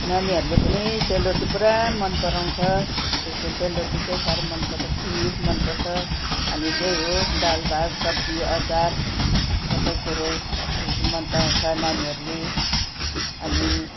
नानीहरूले पनि सेलरोटी पुरा मन पराउँछ त्यस्तो सेलरोटी चाहिँ साह्रो मन पर्छ खिर मन पर्छ अनि त्यही हो दाल भात सब्जी अचार सबै कुरो त्यसरी मन पराउँछ नानीहरूले अनि